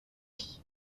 qui